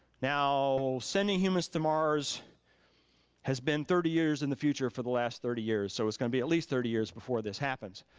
now sending humans to mars has been thirty years in the future for the last thirty years, so it's gonna be at least thirty years before this happens,